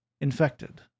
infected